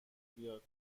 بیاد